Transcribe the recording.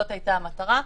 זאת הייתה המטרה.